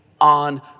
On